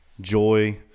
joy